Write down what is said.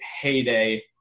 heyday